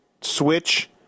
switch